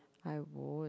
I won't